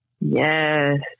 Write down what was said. Yes